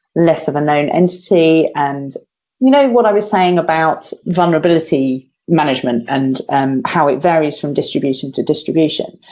less of a known entity, and you know what i was saying about vulnerability management and and how it varies from distribution to distribution.